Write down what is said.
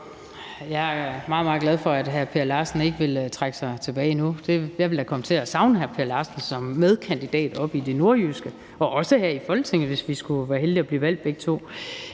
meget, meget glad for, at hr. Per Larsen ikke vil trække sig tilbage nu. Jeg ville da komme til at savne hr. Per Larsen som medkandidat oppe i det nordjyske og også her i Folketinget, hvis vi skulle være heldige at blive valgt begge to.